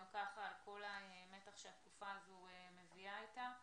ככה על כל המתח שהתקופה הזאת מביאה אותה.